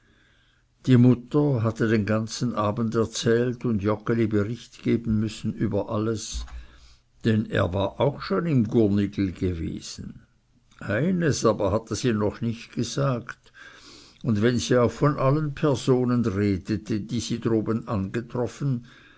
die mutter hatte den ganzen abend erzählt und joggeli bericht geben müssen über alles denn er war auch schon im gurnigel gewesen eins aber hatte sie noch nicht gesagt und wenn sie auch von allen personen redete die sie droben angetroffen